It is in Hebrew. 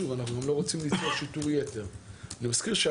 אנחנו גם לא רוצים להפעיל כוח שכזה,